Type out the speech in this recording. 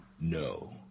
No